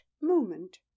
moment